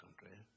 country